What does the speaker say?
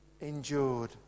endured